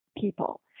people